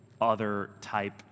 other-type